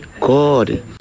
god